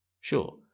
Sure